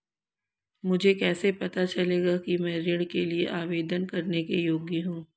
मुझे कैसे पता चलेगा कि मैं ऋण के लिए आवेदन करने के योग्य हूँ?